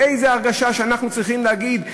באיזו הרגשה אנחנו צריכים להגיד,